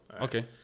okay